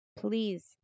please